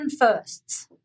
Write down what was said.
firsts